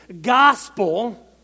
gospel